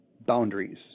boundaries